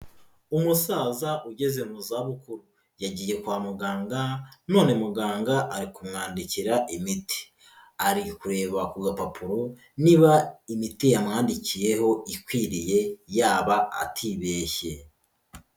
Umusaza ugeze mu za bukuru yagiye kwa muganga none muganga ari kumwandikira imiti, ari kureba ku gapapuro niba imiti yamwandikiyeho ikwiriye yaba atibeshye.